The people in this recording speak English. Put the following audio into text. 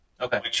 Okay